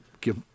give